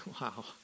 Wow